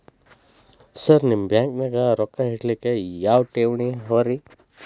Sir ನಿಮ್ಮ ಬ್ಯಾಂಕನಾಗ ರೊಕ್ಕ ಇಡಲಿಕ್ಕೆ ಯಾವ್ ಯಾವ್ ಠೇವಣಿ ಅವ ರಿ?